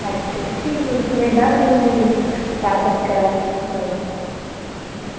अच्छा ठीक है उसमें डाल देंगे ताकत की दवा ना